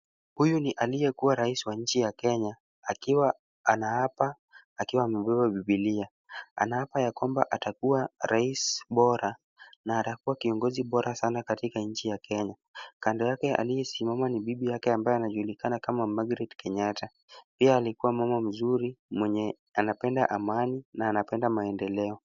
Huyu ni aliyekuwa raisi wa nchi ya Kenya akiwa anaapa akiwa amebeba bibilia. Anaapa ya kwamba atakuwa rais bora na atakuwa kiongozi bora sana katika nchi ya Kenya. Kando yake aliyesimama ni bibi yake ambaye anajulikana kama Margaret Kenyatta. Pia alikuwa Mama mzuri mwenye anapenda amani na anapenda maendeleo.